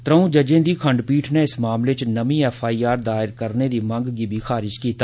त्रौं जजें दी खंडपीठ नैं इस मामले च नमीं एफ आई आर दायर करने दी मंग गी बी खारिज कीता